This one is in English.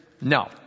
no